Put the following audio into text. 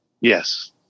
Yes